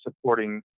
supporting